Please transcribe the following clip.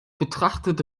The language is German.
betrachtet